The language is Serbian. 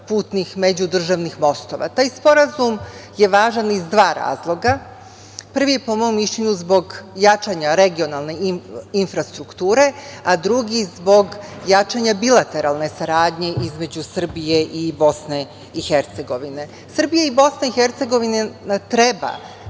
putnih međudržavnih mostova. Taj Sporazum je važan iz dva razloga. Prvi je, po mom mišljenju, zbog jačanja regionalne infrastrukture, a drugi zbog jačanja bilateralne saradnje između Srbije i BiH.Srbija i BiH treba